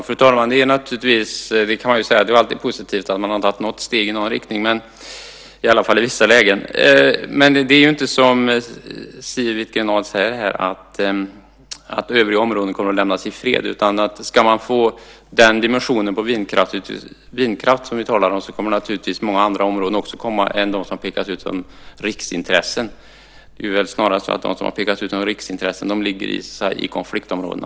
Fru talman! Det är naturligtvis positivt, åtminstone i vissa lägen, att man tar steg i någon riktning, men det är inte som Siw Wittgren-Ahl säger att övriga områden kommer att lämnas i fred. Om man ska få den dimensionen på vindkraft som vi här talar om kommer många andra områden, utöver dem som pekas ut som riksintressen, naturligtvis också att bli aktuella. Det är väl snarast så att de som pekats ut som riksintressen ligger i konfliktområdena.